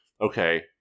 okay